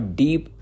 deep